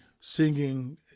singing